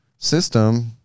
System